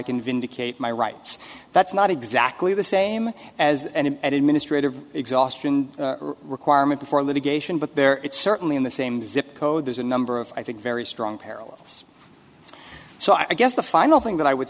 can vindicate my rights that's not exactly the same as and administrative exhaustion requirement before litigation but there it's certainly in the same zip code there's a number of i think very strong parallels so i guess the final thing that i would